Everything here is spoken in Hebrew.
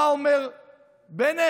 מה אומר בנט?